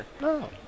No